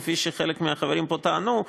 כפי שחלק מהחברים פה טענו,